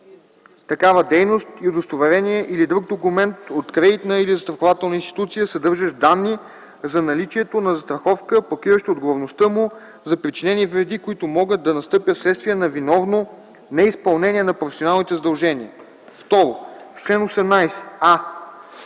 такава дейност, и удостоверение или друг документ от кредитна или застрахователна институция, съдържащ данни за наличието на застраховка, покриваща отговорността му за причинени вреди, които могат да настъпят вследствие на виновно неизпълнение на професионалните задължения.” 2. В чл. 18: